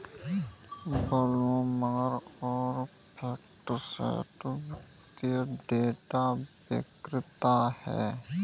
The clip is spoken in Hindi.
ब्लूमबर्ग और फैक्टसेट वित्तीय डेटा विक्रेता हैं